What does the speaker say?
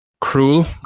cruel